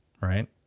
right